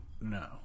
no